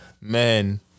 man